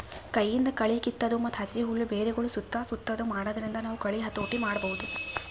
ಕೈಯಿಂದ್ ಕಳಿ ಕಿತ್ತದು ಮತ್ತ್ ಹಸಿ ಹುಲ್ಲ್ ಬೆರಗಳ್ ಸುತ್ತಾ ಸುತ್ತದು ಮಾಡಾದ್ರಿಂದ ನಾವ್ ಕಳಿ ಹತೋಟಿ ಮಾಡಬಹುದ್